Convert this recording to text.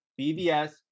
BVS